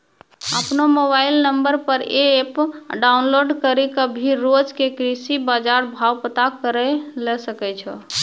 आपनो mobile number पर app download करी कॅ भी रोज के कृषि बाजार भाव पता करै ल सकै छो